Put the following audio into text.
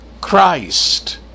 Christ